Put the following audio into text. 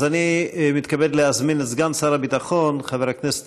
אז אני מתכבד להזמין את סגן שר הביטחון חבר הכנסת